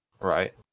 Right